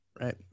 Right